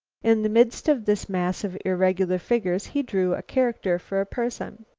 in the midst of this mass of irregular figures he drew a character for a person.